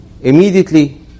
Immediately